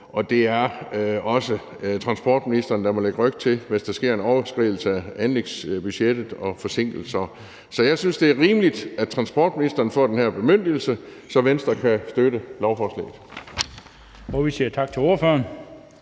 Det er også transportministeren, der må lægge ryg til, hvis der sker en overskridelse af anlægsbudgettet og forsinkelser. Så jeg synes, det er rimeligt, at transportministeren får den her bemyndigelse, så Venstre kan støtte lovforslaget.